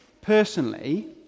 personally